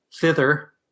thither